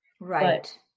Right